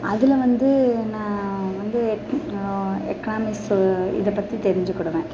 அதில் வந்து நான் வந்து எக்கனாமிஸ்ஸு இதை பற்றி தெரிஞ்சிக்கிடுவேன்